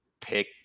pick